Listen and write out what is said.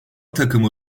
takımı